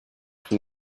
from